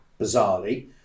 bizarrely